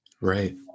Right